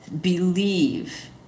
believe